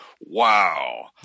Wow